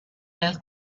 nel